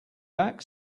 back